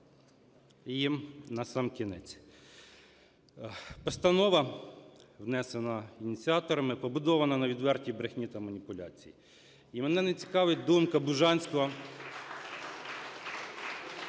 І насамкінець. Постанова, внесена ініціаторами, побудована на відвертій брехні та маніпуляції. І мене не цікавить думка Бужанського.